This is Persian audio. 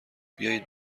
بیایید